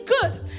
good